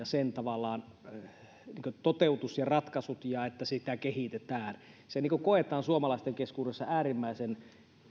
sen toteutus ja ratkaisut ja se että sitä kehitetään se koetaan suomalaisten keskuudessa äärimmäisen